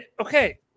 okay